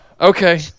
Okay